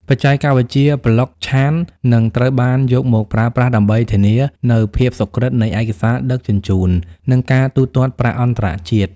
បច្ចេកវិទ្យា Blockchain នឹងត្រូវបានយកមកប្រើប្រាស់ដើម្បីធានានូវភាពសុក្រឹតនៃឯកសារដឹកជញ្ជូន និងការទូទាត់ប្រាក់អន្តរជាតិ។